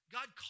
God